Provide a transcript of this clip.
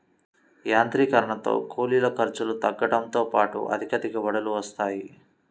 యాంత్రీకరణతో కూలీల ఖర్చులు తగ్గడంతో పాటు అధిక దిగుబడులు వస్తాయి